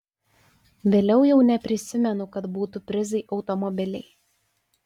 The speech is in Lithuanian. vėliau jau neprisimenu kad būtų prizai automobiliai